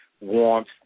warmth